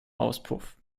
auspuff